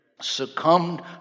succumbed